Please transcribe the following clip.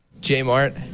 Jmart